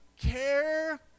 care